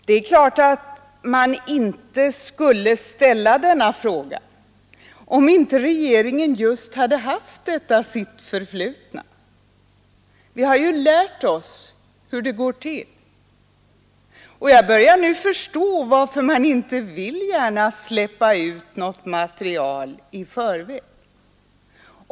Det är klart att man inte skulle ställa den frågan om inte regeringen haft detta sitt förflutna. Vi har lärt oss hur det går till. Och jag börjar nu förstå varför man inte gärna vill släppa ut något material i förväg.